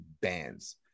bands